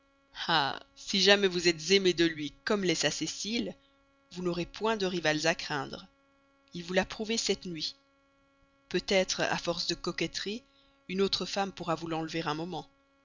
ah si jamais vous êtes aimée de lui comme l'est sa cécile vous n'aurez point de rivales à craindre il vous l'a prouvé cette nuit peut-être à force de coquetterie une autre femme pourra vous l'enlever un moment